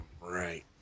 right